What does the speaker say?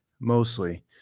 mostly